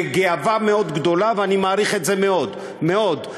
בגאווה מאוד גדולה, ואני מעריך את זה מאוד מאוד.